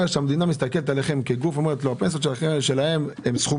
שהמדינה מסתכלת עליכם כגוף ואומרת שהפנסיות שלהם הן בסכום